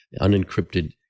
unencrypted